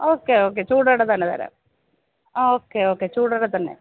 okay okay ചൂടോടെ തന്നെ തരാം ആ ഓക്കെ ഓക്കെ ചൂടോടെ തന്നെ